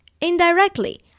indirectly